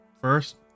first